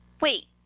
Wait